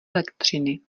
elektřiny